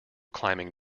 climbing